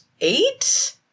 eight